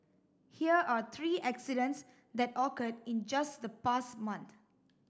here are three accidents that occurred in just the past month